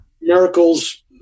miracles